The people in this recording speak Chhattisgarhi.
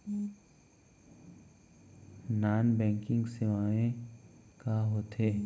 नॉन बैंकिंग सेवाएं का होथे